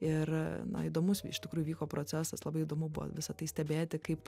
ir na įdomus iš tikrųjų vyko procesas labai įdomu buvo visa tai stebėti kaip